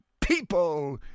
people